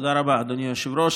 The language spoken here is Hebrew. אדוני היושב-ראש,